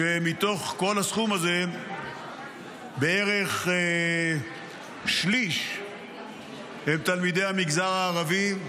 ומתוך כל המספר הזה בערך שליש הם תלמידי המגזר הערבי,